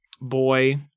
boy